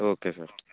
okay sir